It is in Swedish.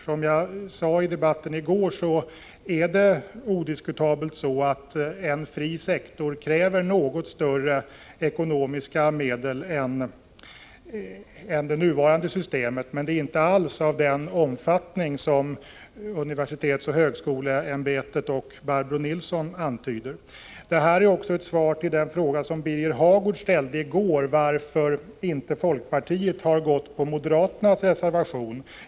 Som jag sade i debatten i går är det odiskutabelt att en fri sektor kräver något större ekonomiska medel än det nuvarande systemet, men inte alls av den omfattning som universitetsoch högskoleämbetet och Barbro Nilsson antyder. Detta är också ett svar på den fråga som Birger Hagård ställde i går när han undrade varför folkpartiet inte har anslutit sig till moderaternas reservation.